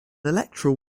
electoral